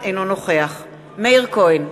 אינו נוכח מאיר כהן,